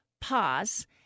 pause